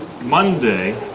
Monday